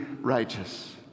righteous